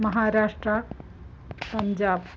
महाराष्ट्रं पञ्जाब्